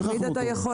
תמיד אתה יכול